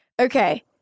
Okay